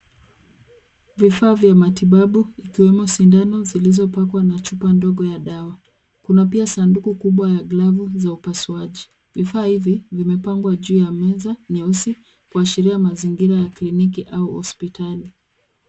Vifaa vya matibabu, ikiwemo sindano zilizopakwa na chupa ndogo ya dawa. Kuna pia sanduku kubwa ya glavu, za upasuaji. Vifaa hivi, vimepangwa juu ya meza nyeusi, kuashiria mazingira ya kliniki au hospitali.